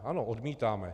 Ano, odmítáme.